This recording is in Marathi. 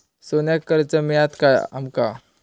सोन्याक कर्ज मिळात काय आमका?